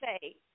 say